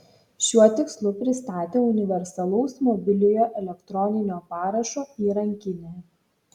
šiuo tikslu pristatė universalaus mobiliojo elektroninio parašo įrankinę